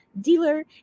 Dealer